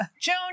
Joan